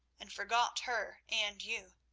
and forgot her and you.